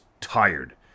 tired